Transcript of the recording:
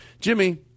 Jimmy